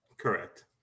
Correct